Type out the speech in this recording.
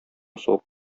сугып